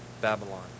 Babylon